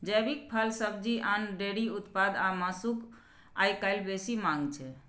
जैविक फल, सब्जी, अन्न, डेयरी उत्पाद आ मासुक आइकाल्हि बेसी मांग छै